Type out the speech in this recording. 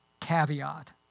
caveat